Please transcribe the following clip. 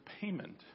payment